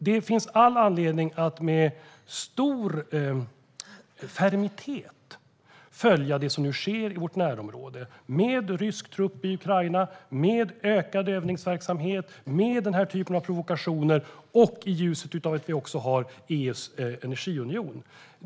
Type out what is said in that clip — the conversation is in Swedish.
Det finns all anledning att med stor fermitet följa det som nu sker i vårt närområde med rysk trupp i Ukraina, ökad övningsverksamhet, denna typ av provokationer och i ljuset av att vi också har EU:s energiunion.